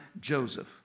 Joseph